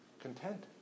content